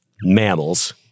mammals